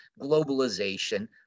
globalization